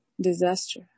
disaster